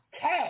Cash